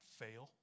fail